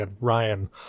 Ryan